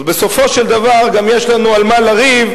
בסופו של דבר גם יש לנו על מה לריב,